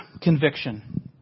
conviction